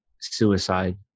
suicide